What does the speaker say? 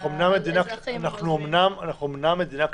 אנחנו אומנם מדינה קטנה,